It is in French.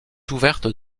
ouverte